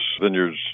vineyards